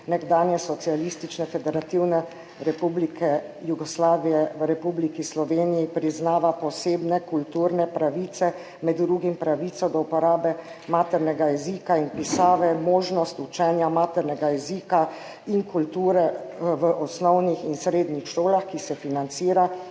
nekdanje Socialistične federativne republike Jugoslavije v Republiki Sloveniji priznava posebne kulturne pravice, med drugim pravico do uporabe maternega jezika in pisave, možnost učenja maternega jezika in kulture v osnovnih in srednjih šolah, ki se financira